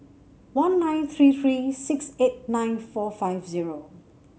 one nine three three six eight nine four five zero